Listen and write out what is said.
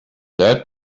that